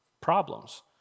problems